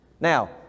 Now